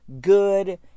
good